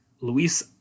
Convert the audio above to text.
Luis